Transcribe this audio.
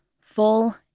full